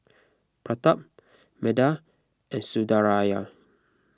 Pratap Medha and Sundaraiah